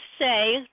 say